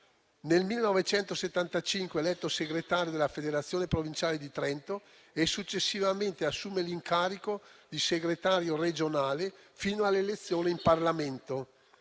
Nel 1975 viene eletto segretario della Federazione provinciale di Trento e successivamente assume l'incarico di segretario regionale fino alle elezioni in Parlamento.